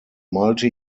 multi